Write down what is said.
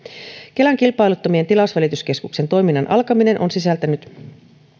kelan kilpailuttamien tilausvälityskeskuksien toiminnan alkaminen on sisältänyt